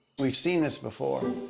we've seen this before.